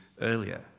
earlier